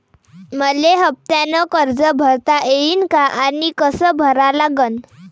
मले हफ्त्यानं कर्ज भरता येईन का आनी कस भरा लागन?